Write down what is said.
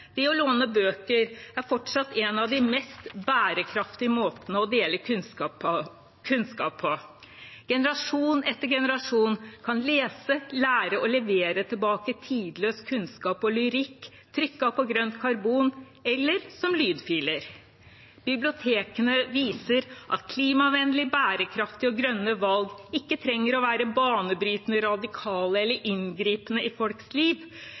å låne bøker er fortsatt en av de mest bærekraftige måtene å dele kunnskap på. Generasjon etter generasjon kan lese, lære og levere tilbake tidløs kunnskap og lyrikk trykket opp på grønt karbon eller som lydfiler. Bibliotekene viser at klimavennlige, bærekraftige og grønne valg ikke trenger å være banebrytende radikale eller inngripende i folks liv.